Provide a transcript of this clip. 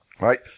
right